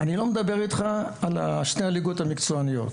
אני לא מדבר איתך על שתי הליגות המקצועניות.